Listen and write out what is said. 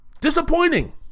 disappointing